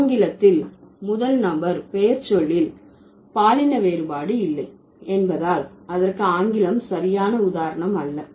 ஆங்கிலத்தில் முதல் நபர் பெயர்ச்சொல்லில் பாலின வேறுபாடு இல்லை என்பதால் அதற்கு ஆங்கிலம் சரியான உதாரணம் அல்ல